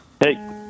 Hey